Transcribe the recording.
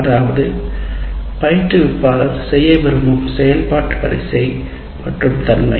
அதாவது பயிற்றுவிப்பாளர் செய்ய விரும்பும் செயல்பாட்டு பயிற்றுவிப்பாளரின் வரிசை மற்றும் தன்மை